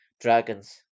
Dragons